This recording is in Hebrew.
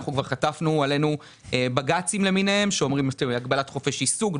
כבר חטפנו בג"צים למיניהם שאומרים שיש הגבלת חופש עיסוק.